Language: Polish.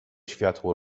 światło